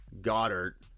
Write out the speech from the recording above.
Goddard